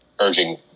urging